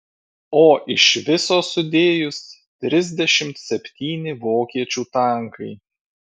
o iš viso sudėjus trisdešimt septyni vokiečių tankai